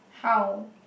how